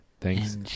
Thanks